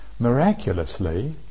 miraculously